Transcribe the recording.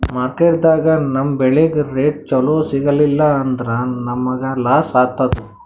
ಮಾರ್ಕೆಟ್ದಾಗ್ ನಮ್ ಬೆಳಿಗ್ ರೇಟ್ ಚೊಲೋ ಸಿಗಲಿಲ್ಲ ಅಂದ್ರ ನಮಗ ಲಾಸ್ ಆತದ್